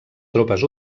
tropes